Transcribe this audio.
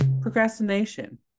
Procrastination